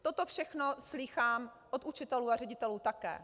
Toto všechno slýchám od učitelů a ředitelů také.